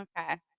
Okay